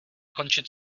končit